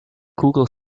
google